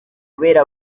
kubera